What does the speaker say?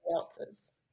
else's